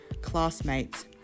classmates